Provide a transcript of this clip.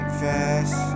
fast